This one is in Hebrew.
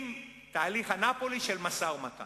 עם תהליך אנאפוליס של משא-ומתן.